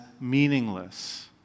meaningless